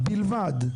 בלבד.